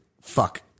fuck